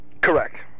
correct